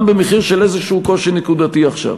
גם במחיר של איזשהו קושי נקודתי עכשיו.